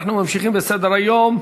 אנחנו ממשיכים בסדר-היום,